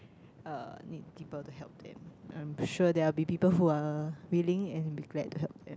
uh need people to help them I am sure there are people who are willing and be glad to help them